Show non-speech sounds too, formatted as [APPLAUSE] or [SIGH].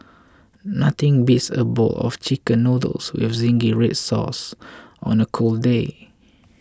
[NOISE] nothing beats a bowl of Chicken Noodles with Zingy Red Sauce on a cold day